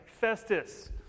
Festus